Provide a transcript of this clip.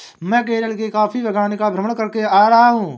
मैं केरल के कॉफी बागान का भ्रमण करके आ रहा हूं